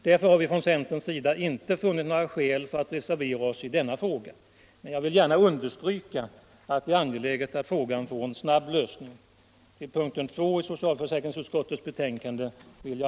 Därför har vi från centerns sida inte funnit några skäl för att reservera oss i denna fråga. Men jag vill gärna understryka att det är angeläget att frågan får en snabb lösning.